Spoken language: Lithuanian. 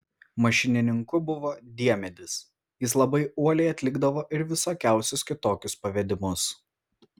mašininku buvo diemedis jis labai uoliai atlikdavo ir visokiausius kitokius pavedimus